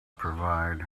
provide